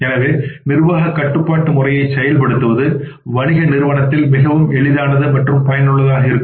எனவே நிர்வாகக் கட்டுப்பாட்டு முறையைச் செயல்படுத்துவது வணிக நிறுவனத்தில் மிகவும் எளிதானது மற்றும் பயனுள்ளதாகஇருக்கும்